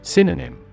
Synonym